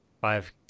five